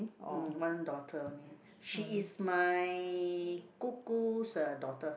mm one daughter only she is my 姑姑 's uh daughter